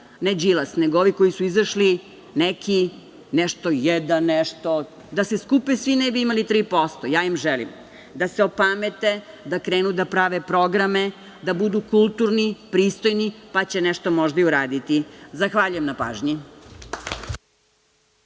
Imali su ovi koji su izašli, nešto jedan, nešto… da se skupe svi ne bi imali tri posto. Ja im želim da se opamete, da krenu da prave programe, da budu kulturni, pristojni, pa će nešto možda i uraditi. Zahvaljujem.